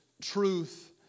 truth